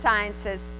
sciences